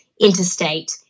interstate